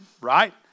Right